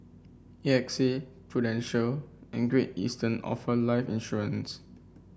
A X A Prudential and Great Eastern offer life insurance